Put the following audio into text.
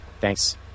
Thanks